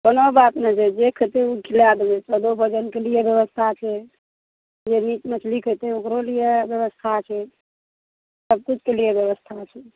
कोनो बात नहि छै जे खएतै ओ खिलै देबै सादो भोजनके लिए बेबस्था छै जे मीट मछली खएतै ओकरोलिए बेबस्था छै सभकिछुके लिए बेबस्था छै